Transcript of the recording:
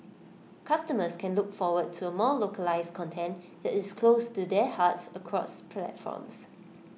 customers can look forward to more localised content that is close to their hearts across platforms